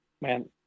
man